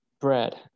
bread